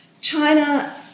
China